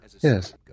Yes